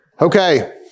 Okay